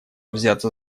взяться